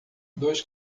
dois